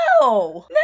no